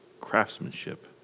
craftsmanship